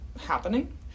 happening